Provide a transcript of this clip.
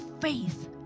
faith